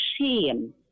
shame